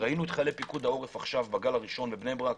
ראינו את חיילי פיקוד העורף בגל הראשון בבני ברק